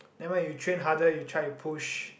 never mind you train harder you try you push